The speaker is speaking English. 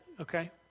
okay